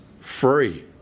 Free